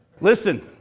Listen